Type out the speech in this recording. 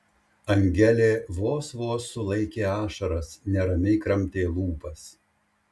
angelė vos vos sulaikė ašaras neramiai kramtė lūpas